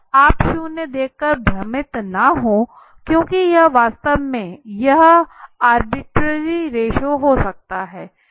आप शून्य देखकर भ्रमित न हों क्योंकि यह वास्तव में यह आर्बिटरी रेश्यो हो सकता है